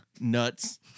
Nuts